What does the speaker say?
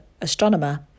astronomer